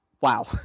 wow